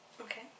Okay